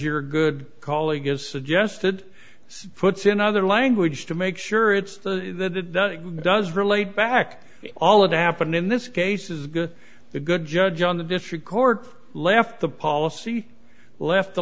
your good calling is suggested puts in other language to make sure it's the does relate back all of that happen in this case is good the good judge on the district court left the policy left the